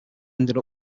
ending